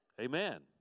amen